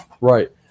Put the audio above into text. right